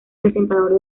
presentador